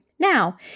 Now